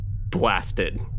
blasted